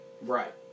Right